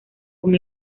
con